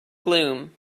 gloom